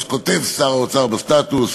ואז כותב שר האוצר בסטטוס,